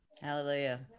Hallelujah